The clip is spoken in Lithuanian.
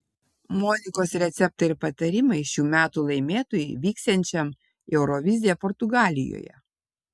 monikos receptai ir patarimai šių metų laimėtojui vyksiančiam į euroviziją portugalijoje